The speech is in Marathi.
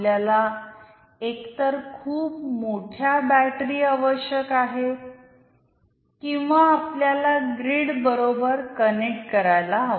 आपल्याला एकतर खूप मोठ्या बॅटरी आवश्यक आहेत किंवा आपण त्याला ग्रीड बरोबर कनेक्ट करायला हवे